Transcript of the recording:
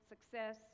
success